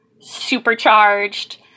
supercharged